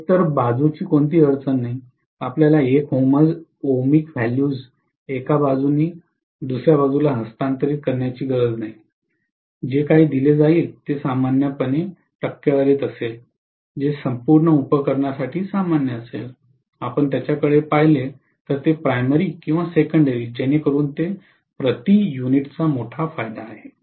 एकतर बाजूची कोणतीही अडचण नाही आपल्याला 1 ओमिक व्हॅल्यूज एका बाजूने दुसऱ्या बाजूला हस्तांतरित करण्याची गरज नाही जे काही दिले जाईल ते सामान्यत टक्केवारीत असेल जे संपूर्ण उपकरणासाठी सामान्य असेल आपण त्याकडे पाहिले तर ते प्राइमरी किंवा सेकेंडरी जेणेकरून ते प्रति युनिटचा मोठा फायदा आहे